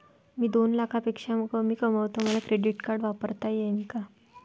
मी दोन लाखापेक्षा कमी कमावतो, मले क्रेडिट कार्ड वापरता येईन का?